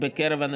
תודה רבה.